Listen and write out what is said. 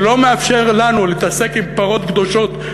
שלא מאפשר לנו להתעסק עם פרות קדושות,